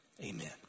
Amen